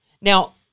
Now